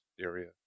area